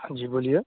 हाँ जी बोलिए